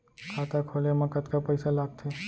खाता खोले मा कतका पइसा लागथे?